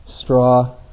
straw